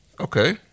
Okay